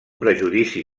prejudici